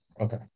Okay